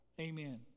amen